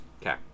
okay